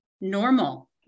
normal